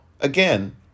again